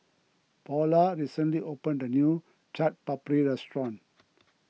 Paula recently opened a new Chaat Papri restaurant